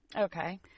Okay